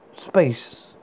space